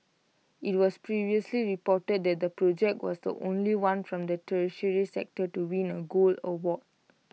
IT was previously reported that the project was the only one from the tertiary sector to win A gold award